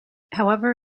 however